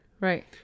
Right